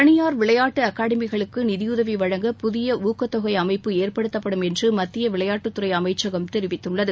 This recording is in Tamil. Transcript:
தளியார் விளையாட்டு அகாடமிகளுக்கு நிதியுதவி வழங்க புதிய ஊக்கத் தொகை அமைப்பு ஏற்படுத்தப்படும் என்று மத்திய விளையாட்டுத்துறை அமைச்சகம் அறிவித்துள்ளது